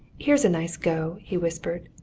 here's a nice go! he whispered.